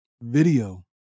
video